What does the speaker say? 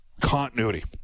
continuity